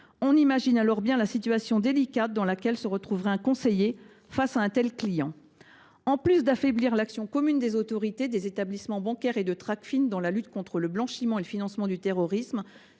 On imagine bien la situation délicate dans laquelle se retrouverait un conseiller face à un tel client. En plus d’affaiblir l’action commune des autorités, des établissements bancaires et de Tracfin dans la lutte contre le financement du terrorisme